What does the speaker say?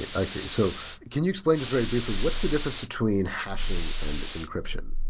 i see. so can you explain just very briefly, what's the different between hashing and encryption?